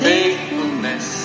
Faithfulness